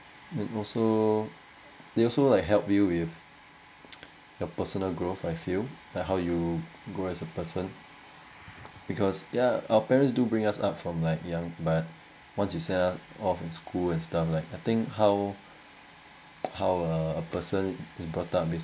and also they also like help you with your personal growth I feel like how you grow as a person because yeah our parents do bring us up from like young but once you set off all in school and stuff like I think how how a person is brought up